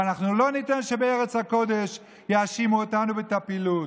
ואנחנו לא ניתן שבארץ הקודש יאשימו אותנו בטפילות.